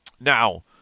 Now